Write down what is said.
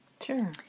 Sure